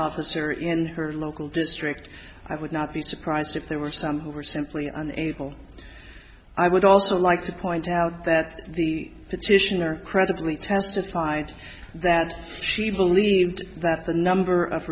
officer in her local district i would not be surprised if there were some who were simply unable i would also like to point out that the petitioner credibly testified that she believed that the number of